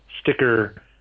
sticker